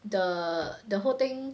the the whole thing